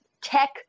tech